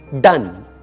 done